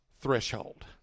threshold